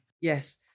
Yes